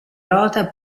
nota